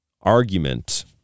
argument